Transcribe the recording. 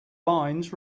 lines